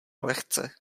lehce